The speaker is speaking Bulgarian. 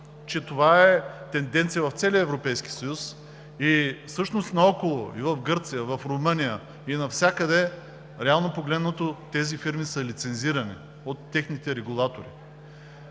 това е тенденция в целия Европейски съюз и всъщност наоколо – и в Гърция, и в Румъния, и навсякъде, реално погледнато, тези фирми са лицензирани от техните регулатори.